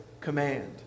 command